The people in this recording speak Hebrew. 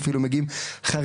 חילוניים,